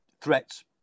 threats